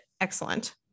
excellent